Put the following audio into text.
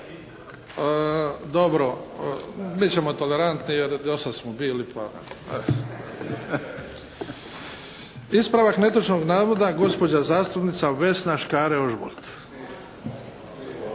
Dobro. Bit ćemo tolerantni jer dosad smo bili pa… Ispravak netočnog navoda gospođa zastupnica Vesna Škare Ožbolt.